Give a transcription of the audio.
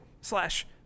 slash